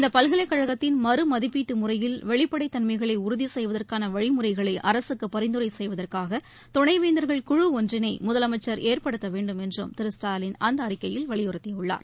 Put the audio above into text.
இந்தபல்கலைக் கழகத்தின் மறுமதிப்பீட்டுமுறையில் வெளிப்படைத்தன்மைகளைஉறுதிசெய்வதற்கானவழிமுறைகளைஅரசுக்குபரிந்துரைசெய்வதற்காகதுணை ே ஒன்றினைமுதலமைச்சர் ஏற்படுத்தவேண்டும் என்றும் திரு ஸ்டாலின் வந்தர்கள் குழு அந்தஅறிக்கையில் வலியுறுத்தியுள்ளார்